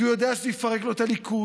כי הוא יודע שזה יפרק לו את הליכוד,